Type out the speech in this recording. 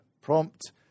prompt